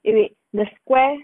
wait wait the square